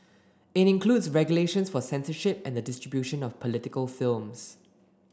it includes regulations for censorship and the distribution of political films